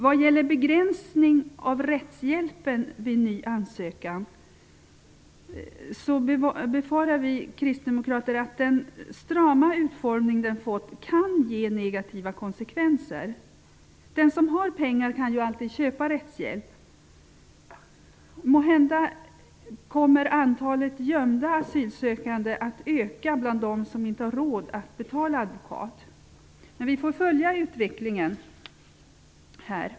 Vi kristdemokrater befarar att den strama utformning begränsningen av rättshjälp vid ny ansökan har fått kan ge negativa konsekvenser. Den som har pengar kan alltid köpa rättshjälp. Måhända kommer antalet gömda asylsökande att öka i den gruppen som inte har råd att betala en advokat. Vi får följa utvecklingen här.